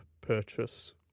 purchase